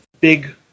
big